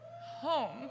home